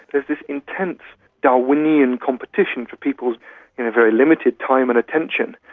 there's this intense darwinian competition for people's very limited time and attention,